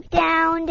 down